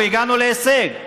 והגענו להישג: